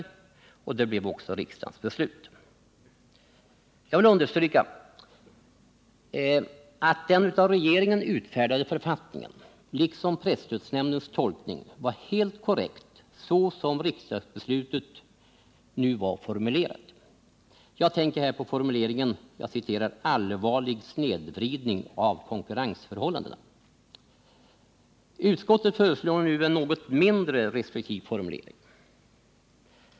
Det blev också riksdagens beslut. Jag vill understryka, att den av regeringen utfärdade författningen, liksom presstödsnämndens tolkning, var helt korrekt så som riksdagsbeslutet var formulerat. Jag tänker här på formuleringen ”allvarlig snedvridning av konkurrensförhållandena”. Utskottet föreslår nu en något mindre restriktiv formulering.